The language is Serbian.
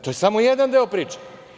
To je samo jedan deo priče.